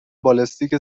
بالستیک